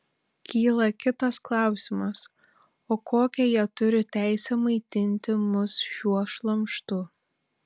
kyla kitas klausimas o kokią jie turi teisę maitinti mus šiuo šlamštu